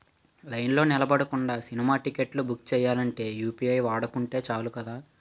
లైన్లో నిలబడకుండా సినిమా టిక్కెట్లు బుక్ సెయ్యాలంటే యూ.పి.ఐ వాడుకుంటే సాలు కదా